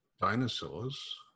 dinosaurs